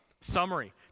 summary